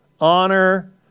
Honor